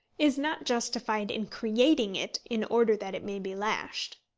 is not justified in creating it in order that it may be lashed.